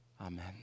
Amen